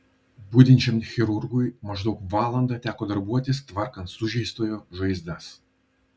budinčiam chirurgui maždaug valandą teko darbuotis tvarkant sužeistojo žaizdas